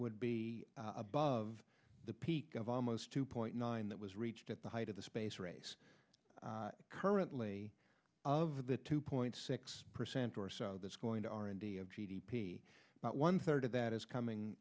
would be above the peak of almost two point nine that was reached at the height of the space race currently of the two point six percent or so that's going to our indian g d p about one third of that is coming